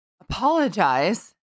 apologize